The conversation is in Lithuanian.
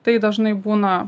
tai dažnai būna